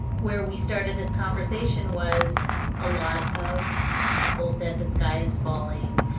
where we started this conversation was a lot of people said the sky is falling.